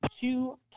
two